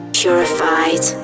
purified